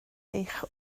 eich